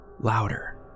louder